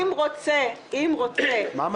אני מסבירה,